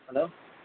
hello